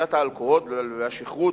שתיית האלכוהול והשכרות,